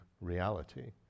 reality